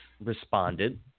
responded